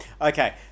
Okay